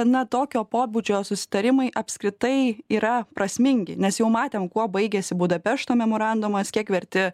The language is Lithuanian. na tokio pobūdžio susitarimai apskritai yra prasmingi nes jau matėm kuo baigėsi budapešto memorandumas kiek verti